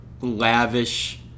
lavish